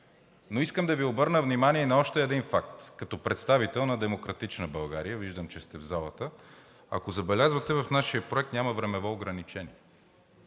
Искам да Ви обърна внимание на още един факт. Като представител на „Демократична България“ виждам, че сте в залата, ако забелязвате в нашия проект няма времево ограничение.